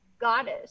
goddess